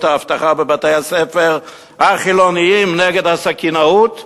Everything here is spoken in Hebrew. האבטחה בבתי-הספר החילוניים נגד הסכינאות,